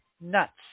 nuts